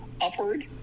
upward